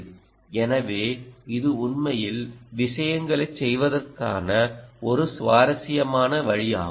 எனவே இது உண்மையில் விஷயங்களைச் செய்வதற்கான ஒரு சுவாரஸ்யமான வழியாகும்